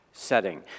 setting